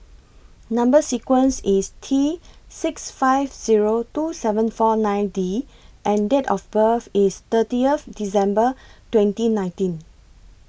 Number sequence IS T six five Zero two seven four nine D and Date of birth IS thirtieth December twenty nineteen